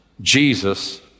Jesus